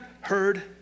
heard